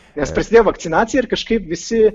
nes prasidėjo vakcina ir kažkaip visi